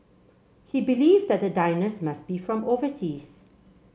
he believed that the diners must be from overseas